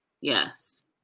yes